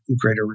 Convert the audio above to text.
greater